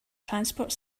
transport